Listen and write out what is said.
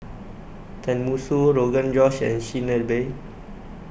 Tenmusu Rogan Josh and Chigenabe